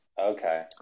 Okay